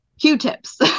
Q-tips